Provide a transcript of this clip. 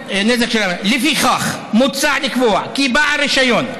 לפיכך מוצע לקבוע כי בעל רישיון,